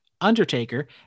Undertaker